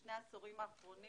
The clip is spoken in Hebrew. בשני העשורים האחרונים